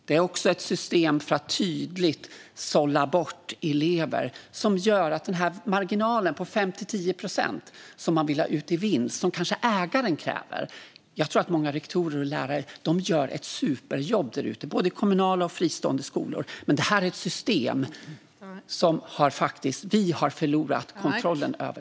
Det är också ett system för att tydligt sålla bort elever som gör att marginalen blir 5-10 procent som man vill ha ut i vinst och som kanske ägaren kräver. Jag tror att många lärare gör ett superjobb därute i både kommunala och fristående skolor. Men detta är ett system som vi har förlorat kontrollen över.